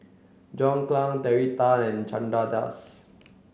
John Clang Terry Tan and Chandra Das